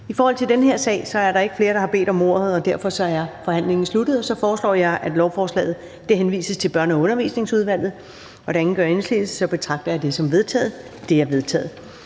I forhold til den her sag er der ikke flere, der har bedt om ordet, og derfor er forhandlingen sluttet. Jeg foreslår, at lovforslaget henvises til Børne- og Undervisningsudvalget. Og da ingen gør indsigelse, betragter jeg det som vedtaget. Det er vedtaget.